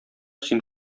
син